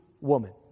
woman